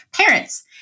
parents